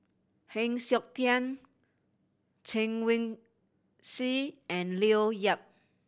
Heng Siok Tian Chen Wen Hsi and Leo Yip